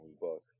book